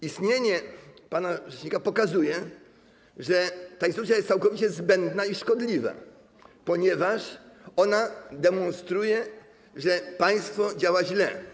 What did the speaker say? Istnienie pana rzecznika pokazuje, że ta instytucja jest całkowicie zbędna i szkodliwa, ponieważ ona demonstruje, że państwo działa źle.